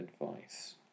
advice